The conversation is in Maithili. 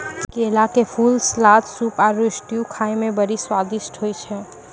केला के फूल, सलाद, सूप आरु स्ट्यू खाए मे बड़ी स्वादिष्ट होय छै